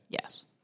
Yes